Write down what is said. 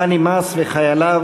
דני מס וחייליו,